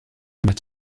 method